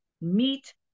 meet